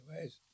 ways